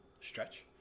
stretch